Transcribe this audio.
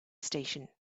station